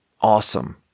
awesome